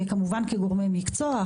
כמובן כגורמי מקצוע,